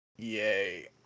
Yay